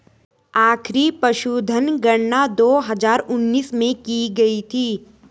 आखिरी पशुधन गणना दो हजार उन्नीस में की गयी थी